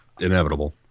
inevitable